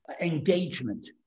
engagement